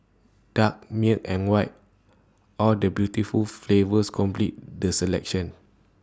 dark milk and white all the beautiful flavours complete the selection